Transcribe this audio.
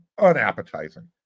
unappetizing